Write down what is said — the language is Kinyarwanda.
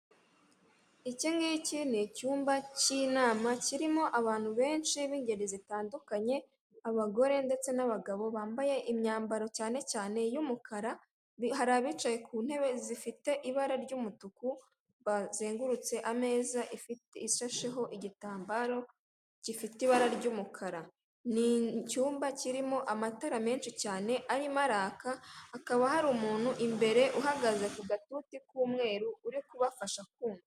Iki ngiki ni icyumba k' inama kirimo abantu benshi bingeri zitandukanye, abagore ndetse n' abagabo bambaye imyambaro cyane cyane y'mukara, hari abicaye kuntebe zifite ibara ry' umutuku ,bazengurutse ameza ushasheho igitambaro gufite ibara ry' umukara. Ni icyumba kirimo amatara menshi cyane arimo araka ,hakaba hari umuntu imbere uhagaze kugatuti kumweru uri kubafasha kumva. .